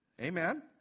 Amen